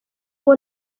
ngo